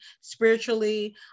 spiritually